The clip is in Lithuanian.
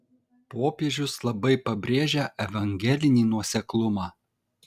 popiežius labai pabrėžia evangelinį nuoseklumą